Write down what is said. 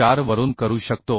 4 वरून करू शकतो